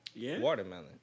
watermelon